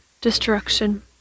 destruction